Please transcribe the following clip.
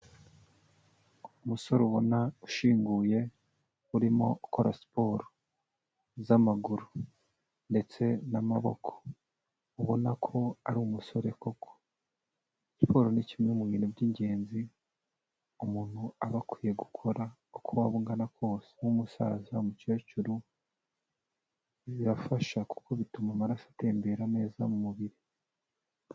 Umusore ubona ushinguye urimo ukora siporo z'amaguru ndetse n'amaboko ubona ko ari umusore koko, siporo ni kimwe mu bintu by'ingenzi umuntu aba akwiye gukora uko waba ungana kose, ube umusaza, umukecuru, ibirafasha kuko bituma amaraso atembera neza mu mubiri.